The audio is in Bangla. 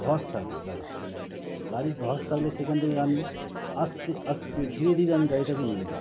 ধস থাকলে গাড়ি গাড়ির ধস থাকলে সেখান থেকে আমি আস্তে আস্তে ধীরে ধীরে আমি গাড়িটাকে নিয়ে যাই